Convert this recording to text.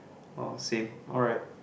orh same alright